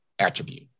attribute